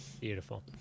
Beautiful